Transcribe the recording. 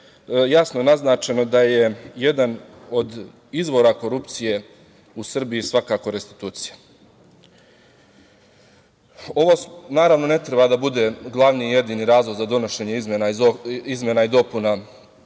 jasno naznačeno da je jedan od izvora korupcije u Srbiji svakako restitucija. Ovo ne treba da bude glavni i jedini razlog za donošenje izmena i dopuna